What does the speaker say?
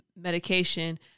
medication